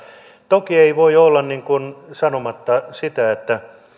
toki ei voi olla sanomatta sitä että